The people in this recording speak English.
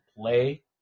play